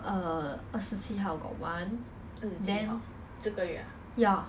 err 二十七号 got one then ya